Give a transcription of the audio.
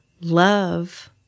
love